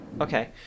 okay